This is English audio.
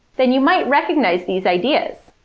then you might recognise these ideas.